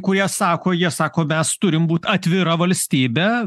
kurie sako jie sako mes turim būti atvira valstybė